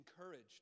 encouraged